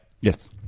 Yes